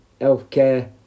healthcare